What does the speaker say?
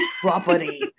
property